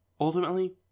Ultimately